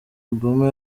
obama